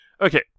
Okay